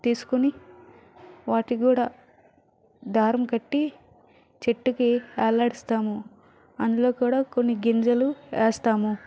తీసుకుని వాటికి కూడా దారం కట్టి చెట్టుకి వేలాడిస్తాము అందులో కూడా కొన్ని గింజలు వేస్తాము